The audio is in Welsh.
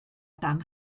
dan